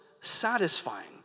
satisfying